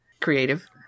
creative